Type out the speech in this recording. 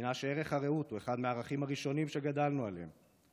המדינה שערך הרעות הוא אחד מהערכים הראשונים שגדלנו עליהם,